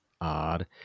odd